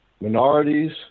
minorities